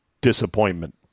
disappointment